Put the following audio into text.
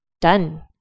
Done